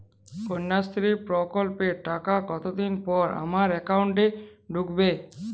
কন্যাশ্রী প্রকল্পের টাকা কতদিন পর আমার অ্যাকাউন্ট এ ঢুকবে?